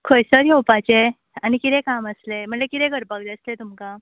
खंयसर येवपाचें आनी कितें काम आसलें म्हणल्यार कितें करपाक जाय आसलें तुमकां